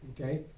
Okay